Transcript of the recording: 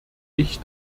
ich